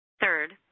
Third